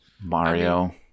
Mario